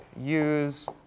use